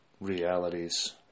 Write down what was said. realities